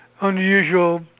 unusual